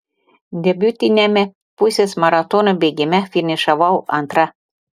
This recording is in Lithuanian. debiutiniame pusės maratono bėgime finišavau antra